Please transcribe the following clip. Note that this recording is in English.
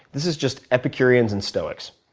this is just epicureans and stoics,